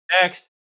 Next